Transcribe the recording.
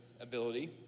ability